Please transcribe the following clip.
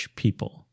people